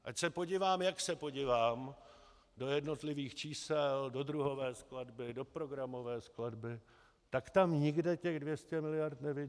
Ať se podívám, jak se podívám do jednotlivých čísel, do druhové skladby, do programové skladby, tak tam nikde těch 200 miliard nevidím.